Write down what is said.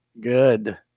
Good